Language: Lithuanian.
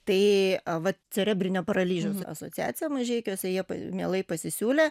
tai vat cerebrinio paralyžiaus asociacija mažeikiuose jie mielai pasisiūlė